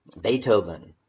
beethoven